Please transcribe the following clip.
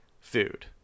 food